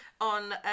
on